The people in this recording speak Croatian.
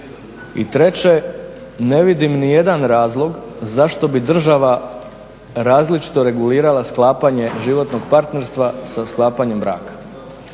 treće, ne vidim nijedan razlog zašto bi država različito regulirala sklapanje životnog partnerstva sa sklapanjem braka.